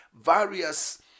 various